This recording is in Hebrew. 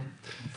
טוב.